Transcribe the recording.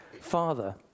father